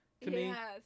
Yes